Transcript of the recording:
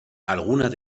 algunas